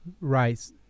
Right